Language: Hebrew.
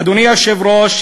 אדוני היושב-ראש,